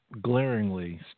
glaringly